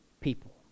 people